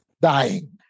dying